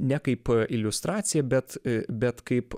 ne kaip iliustracija bet bet kaip